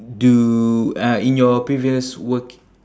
do uh in your previous work